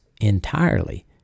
entirely